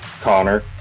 Connor